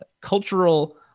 cultural